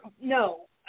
no